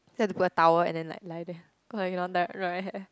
then have to put a towel and then like lie there cause I cannot dry hair